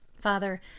Father